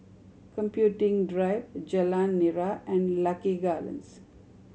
Computing Drive Jalan Nira and Lucky Gardens